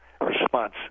response